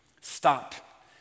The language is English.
Stop